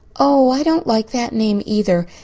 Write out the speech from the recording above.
oh, i don't like that name, either.